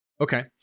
Okay